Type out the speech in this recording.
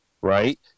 right